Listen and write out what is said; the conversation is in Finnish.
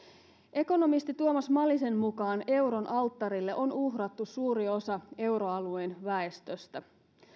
ekonomisti tuomas malisen mukaan euron alttarille on uhrattu suuri osa euroalueen väestöstä